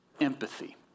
empathy